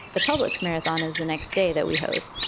the public's marathon as the next day that we host.